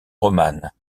romane